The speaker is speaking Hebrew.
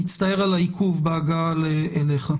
מצטער על העיכוב בהגעה אליך.